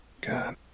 God